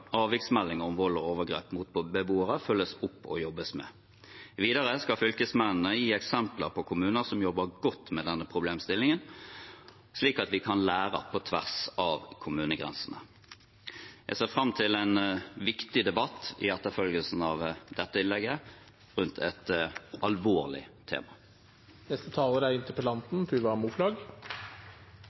om vold og overgrep mot beboere følges opp og jobbes med. Videre skal fylkesmennene gi eksempler på kommuner som jobber godt med denne problemstillingen, slik at vi kan lære på tvers av kommunegrensene. Jeg ser fram til en viktig debatt i etterfølgelsen av dette innlegget rundt et alvorlig tema. Jeg takker for svaret og tilbakemeldingen fra eldre- og folkehelseministeren. Det er